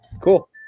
cool